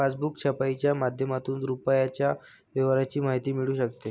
passbook छपाईच्या माध्यमातून रुपयाच्या व्यवहाराची माहिती मिळू शकते